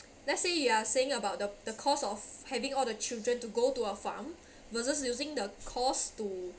let's say you are saying about the the cost of having all the children to go to a farm versus using the cost to